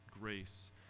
grace